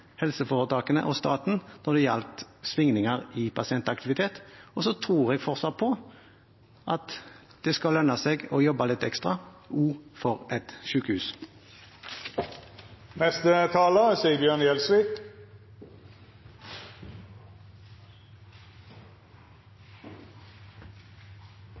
helseforetakene og staten når det gjaldt svingninger i pasientaktivitet. Og så tror jeg fortsatt på at det skal lønne seg å jobbe litt ekstra – også for et sykehus. Representanten Stensland spør hva som er